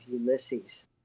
Ulysses